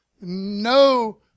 no